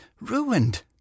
ruined